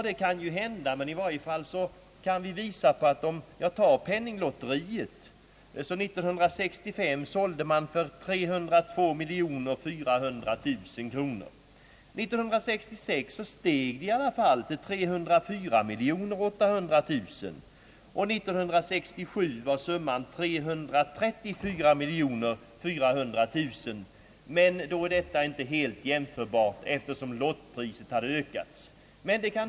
Det kan emellertid påvisas att Penninglotteriet år 1965 omsatte 302 400 000 kronor, medan det år 1966 såldes lotter för 304 800 000 kronor och 1967 för 334 400 000 kronor. Den sistnämnda siffran är inte helt jämförbar med de båda föregående, eftersom lottpriset ökat.